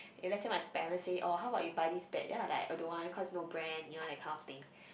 eh let's said my parent say oh how about you buy this pad then I like I don't want cause no brand you know that kind of thing